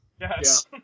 Yes